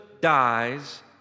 dies